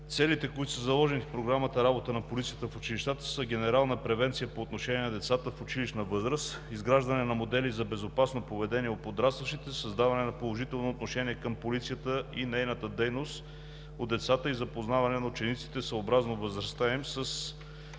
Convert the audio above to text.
Целите, които са заложени в Програмата „Работа на полицията в училищата“, са генерална превенция по отношение на децата в училищна възраст, изграждане на модели за безопасно поведение у подрастващите, създаване на положително отношение към полицията и нейната дейност у децата и запознаване на учениците, съобразно възрастта им,